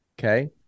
Okay